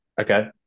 Okay